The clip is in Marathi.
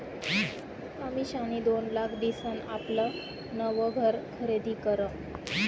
अमिषानी दोन लाख दिसन आपलं नवं घर खरीदी करं